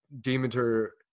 Demeter